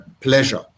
pleasure